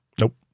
Nope